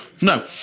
no